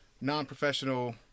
non-professional